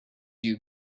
you